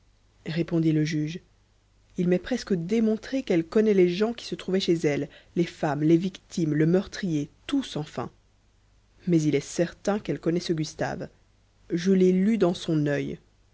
répondit le juge il m'est presque démontré qu'elle connaît les gens qui se trouvaient chez elle les femmes les victimes le meurtrier tous enfin mais il est certain qu'elle connaît ce gustave je l'ai lu dans son œil